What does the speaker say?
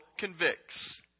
convicts